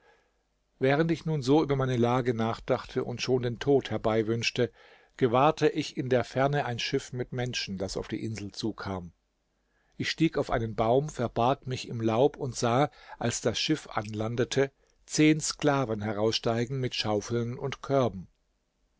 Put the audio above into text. während ich nun so über meine lage nachdachte und schon den tod herbeiwünschte gewahrte ich in der ferne ein schiff mit menschen das auf die insel zukam ich stieg auf einen baum verbarg mich im laub und sah als das schiff anlandete zehn sklaven heraussteigen mit schaufeln und körben